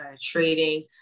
trading